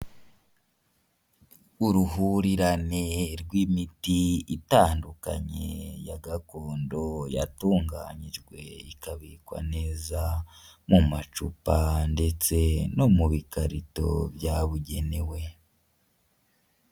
Uruhurirane rw'imiti itandukanye ya gakondo yatunganyijwe ikabikwa neza mu macupa ndetse no mu bikarito byabugenewe.